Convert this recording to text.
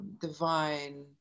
divine